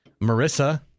Marissa